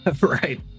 Right